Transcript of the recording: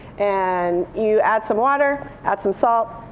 and you add some water, add some salt.